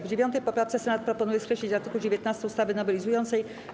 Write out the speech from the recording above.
W 9. poprawce Senat proponuje skreślić art. 19 ustawy nowelizującej.